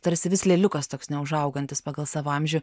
tarsi vis lėliukas toks neužaugantis pagal savo amžių